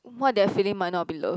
what they're feeling might not be love